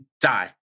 die